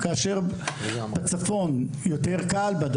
כאשר בצפון יותר קל לגייס,